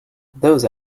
those